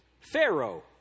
Pharaoh